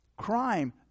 Crime